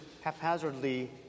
haphazardly